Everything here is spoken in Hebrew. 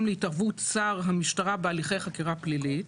להתערבות שר המשטרה בהליכי חקירה פלילית,